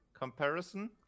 comparison